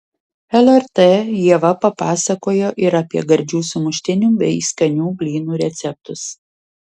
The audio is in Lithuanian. lrt ieva papasakojo ir apie gardžių sumuštinių bei skanių blynų receptus